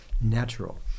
natural